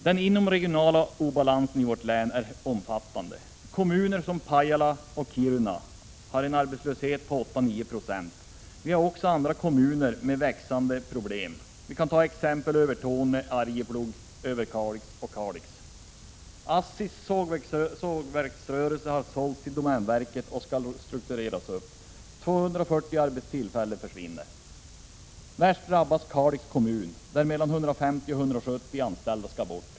Den inomregionala obalansen i vårt län är omfattande. Kommuner som Pajala och Kiruna har en arbetslöshet på 8-9 20. Det finns också andra kommuner med växande problem, t.ex. Övertorneå, Arjeplog, Överkalix och Kalix. ASSI:s sågverksrörelse har sålts till domänverket och skall struktureras om. 240 arbetstillfällen försvinner. Värst drabbas Kalix kommun, där mellan 150 och 170 anställda skall bort.